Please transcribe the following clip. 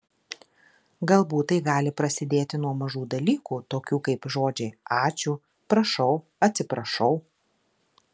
galbūt tai gali prasidėti nuo mažų dalykų tokių kaip žodžiai ačiū prašau atsiprašau